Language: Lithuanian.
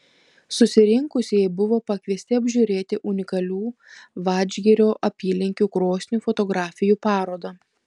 susirinkusieji buvo pakviesti apžiūrėti unikalių vadžgirio apylinkių krosnių fotografijų parodą